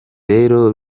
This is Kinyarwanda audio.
rero